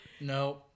No